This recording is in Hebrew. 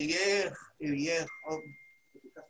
אנחנו קיבלנו